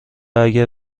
اگر